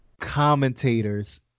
commentators